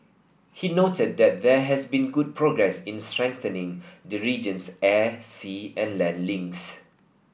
he noted that there has been good progress in strengthening the region's air sea and land links